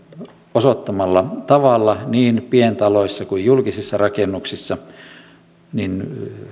osoittamalla tavalla niin pientaloissa kuin julkisissa rakennuksissa niin